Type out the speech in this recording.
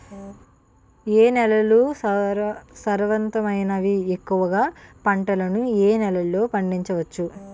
ఏ నేలలు సారవంతమైనవి? ఎక్కువ గా పంటలను ఏ నేలల్లో పండించ వచ్చు?